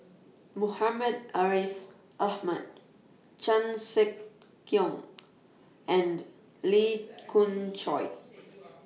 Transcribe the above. Muhammad Ariff Ahmad Chan Sek Keong and Lee Khoon Choy